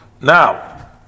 Now